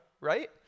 Right